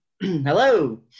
hello